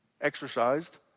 exercised